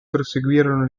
proseguirono